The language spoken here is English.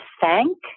thank